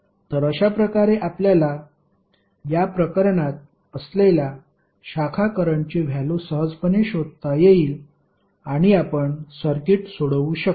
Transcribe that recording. तर अशाप्रकारे आपल्याला या प्रकरणात असलेला शाखा करंटची व्हॅल्यु सहजपणे शोधता येईल आणि आपण सर्किट सोडवू शकू